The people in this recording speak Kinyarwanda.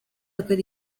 akora